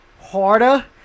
harder